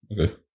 Okay